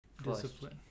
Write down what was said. Discipline